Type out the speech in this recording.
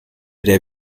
der